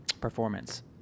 Performance